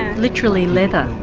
literally leather.